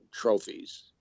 trophies